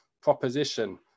proposition